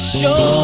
show